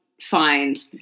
find